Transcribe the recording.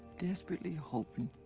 desperately hoping